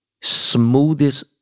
Smoothest